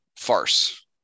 farce